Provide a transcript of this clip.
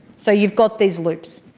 so you've got these loops.